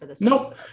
Nope